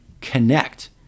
connect